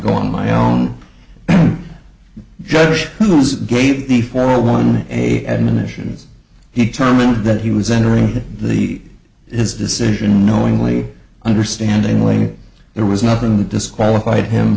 go on my own judge who is gave me for one a admonitions he turman that he was entering the his decision knowingly understandingly there was nothing that disqualified him